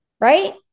Right